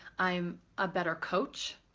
i'm a better coach.